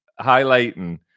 highlighting